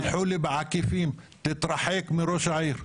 שלחו לי בעקיפין מסר: תתרחק מראש העיר.